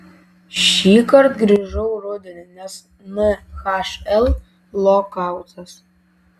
šįkart grįžau rudenį nes nhl lokautas